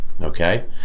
okay